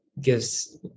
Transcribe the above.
gives